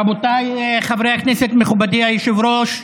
רבותיי חברי הכנסת, מכובדי היושב-ראש,